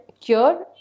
cure